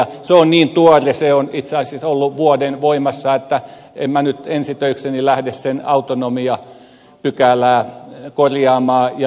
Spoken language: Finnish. se on niin tuore se on itse asiassa ollut vuoden voimassa joten en minä nyt ensi töikseni lähde sen autonomiapykälää korjaamaan